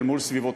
אל מול סביבותינו,